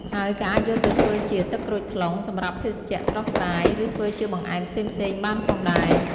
ហើយក៏អាចយកទៅធ្វើជា ទឹកក្រូចថ្លុង សម្រាប់ភេសជ្ជៈស្រស់ស្រាយ ឬធ្វើជាបង្អែមផ្សេងៗបានផងដែរ។